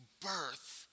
birth